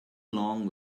along